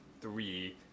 three